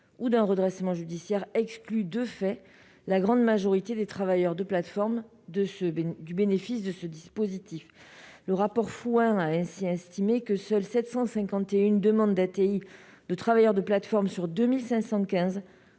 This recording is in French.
ou d'un redressement judiciaire, excluent de fait la grande majorité des travailleurs de plateforme du bénéfice de ce dispositif. Le rapport Frouin a ainsi estimé que seules 751 demandes d'ATI formulées par des travailleurs des plateformes, sur un